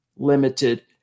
limited